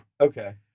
Okay